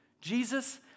Jesus